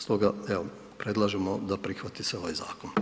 Stoga, evo predlažemo da prihvati se ovaj zakon.